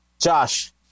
Josh